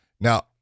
Now